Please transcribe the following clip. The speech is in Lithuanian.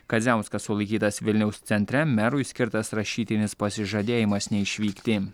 kadziauskas sulaikytas vilniaus centre merui skirtas rašytinis pasižadėjimas neišvykti